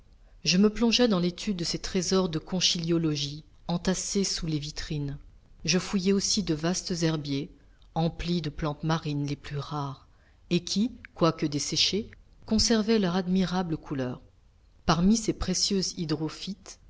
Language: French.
je me plongeai dans l'étude de ces trésors de conchyliologie entassés sous les vitrines je fouillai aussi de vastes herbiers emplis des plantes marines les plus rares et qui quoique desséchées conservaient leurs admirables couleurs parmi ces précieuses hydrophytes